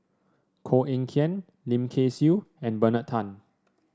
Koh Eng Kian Lim Kay Siu and Bernard Tan